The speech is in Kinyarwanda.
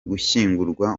gushyingurwa